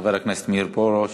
חבר הכנסת מאיר פרוש.